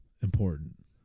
important